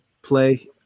Play